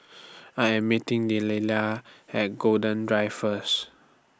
I Am meeting Delilah At Golden Drive First